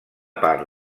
part